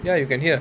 ya you can hear